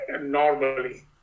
normally